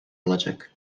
alacak